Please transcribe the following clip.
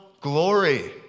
glory